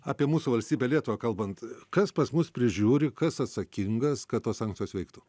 apie mūsų valstybę lietuvą kalbant kas pas mus prižiūri kas atsakingas kad tos sankcijos veiktų